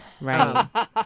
Right